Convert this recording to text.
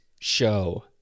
show